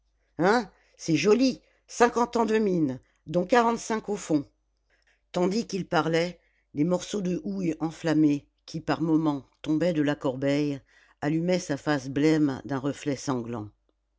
hein c'est joli cinquante ans de mine dont quarante-cinq au fond tandis qu'il parlait des morceaux de houille enflammés qui par moments tombaient de la corbeille allumaient sa face blême d'un reflet sanglant